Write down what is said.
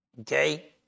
okay